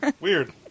Weird